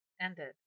ended